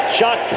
Shot